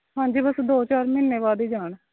ਹਾਂਜੀ ਬਸ ਦੋ ਚਾਰ ਮਹੀਨੇ ਬਾਅਦ ਹੀ ਜਾਣ